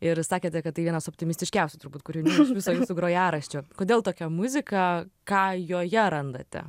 ir sakėte kad tai vienas optimistiškiausių turbūt kurinių iš viso jūsų grojaraščio kodėl tokia muzika ką joje randate